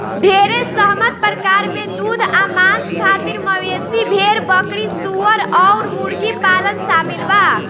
ढेरे सहमत प्रकार में दूध आ मांस खातिर मवेशी, भेड़, बकरी, सूअर अउर मुर्गी पालन शामिल बा